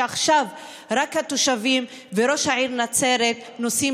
ועכשיו רק התושבים וראש העיר נצרת נושאים